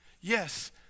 Yes